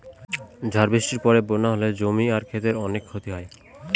ঝড় বৃষ্টির পরে বন্যা হলে জমি আর ক্ষেতের অনেক ক্ষতি হয়